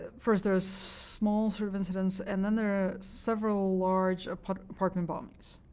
ah first there are small sort of incidents, and then there are several large apartment apartment bombings